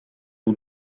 who